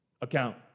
account